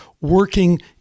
working